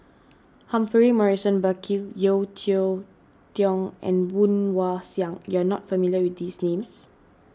Humphrey Morrison Burkill Yeo Cheow Tong and Woon Wah Siang you are not familiar with these names